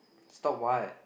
stop what